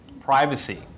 privacy